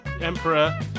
Emperor